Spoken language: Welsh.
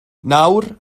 nawr